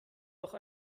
doch